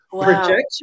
Projection